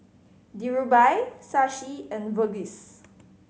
Dhirubhai Shashi and Verghese